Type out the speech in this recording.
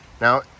Now